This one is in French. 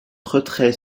retraits